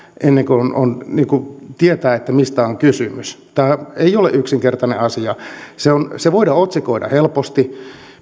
ennen kuin tietää mistä on kysymys tämä ei ole yksinkertainen asia se voidaan otsikoida helposti